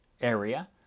area